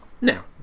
Now